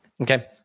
Okay